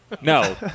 No